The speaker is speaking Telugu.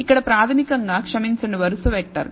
ఇక్కడ ప్రాథమికంగా క్షమించండి వరుస వెక్టర్